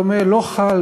משפט סיכום.